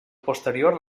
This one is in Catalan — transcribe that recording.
posterior